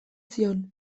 zion